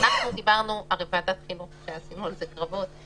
בוועדת חינוך עשינו על זה קרבות.